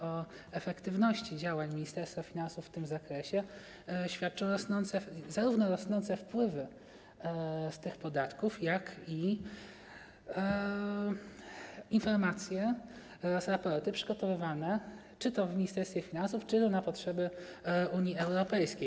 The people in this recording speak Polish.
O efektywności działań Ministerstwa Finansów w tym zakresie świadczą zarówno rosnące wpływy z tych podatków, jak i informacje oraz raporty przygotowywane czy to w Ministerstwie Finansów, czy to na potrzeby Unii Europejskiej.